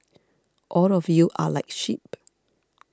all of you are like sheep